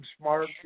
smart